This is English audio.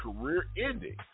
career-ending